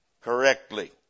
correctly